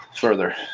Further